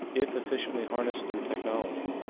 if efficiently harnessed through technology,